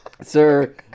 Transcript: sir